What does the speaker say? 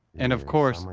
and, of course,